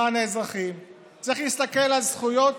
למען האזרחים, צריך להסתכל על זכויות